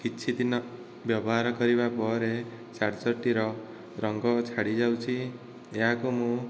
କିଛି ଦିନ ବ୍ୟବହାର କରିବା ପରେ ଚାର୍ଜର୍ଟିର ରଙ୍ଗ ଛାଡ଼ି ଯାଉଛି ଏହାକୁ ମୁଁ